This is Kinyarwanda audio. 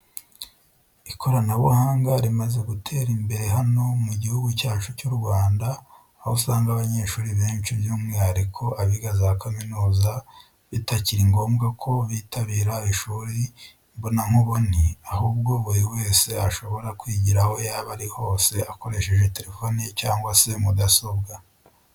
Ikoranabuhanga rimaze gutera imbere hano mu gihugu cyacu cy'u Rwanda, aho usanga abanyeshuri benshi by'umwihariko abiga za kaminuza bitakiri ngombwa ko bitabira ishuri imbona nkubone, ahubwo buri wese ashobora kwigira aho yaba ari hose akoresheje telefone cyangwa se mudasobwa.